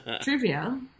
trivia